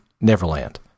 Neverland